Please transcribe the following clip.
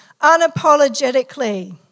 unapologetically